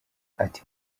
ati